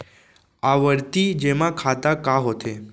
आवर्ती जेमा खाता का होथे?